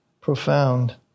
profound